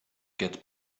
get